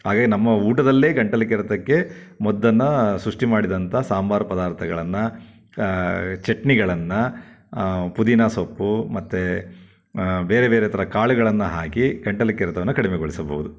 ಹಾಗೇ ನಮ್ಮ ಊಟದಲ್ಲೇ ಗಂಟಲು ಕೆರೆತಕ್ಕೆ ಮದ್ದನ್ನು ಸೃಷ್ಟಿ ಮಾಡಿದಂಥ ಸಾಂಬಾರು ಪದಾರ್ಥಗಳನ್ನು ಚಟ್ನಿಗಳನ್ನು ಪುದೀನ ಸೊಪ್ಪು ಮತ್ತು ಬೇರೆ ಬೇರೆ ಥರ ಕಾಳುಗಳನ್ನು ಹಾಕಿ ಗಂಟಲು ಕೆರೆತವನ್ನು ಕಡಿಮೆಗೊಳಿಸಬೌದು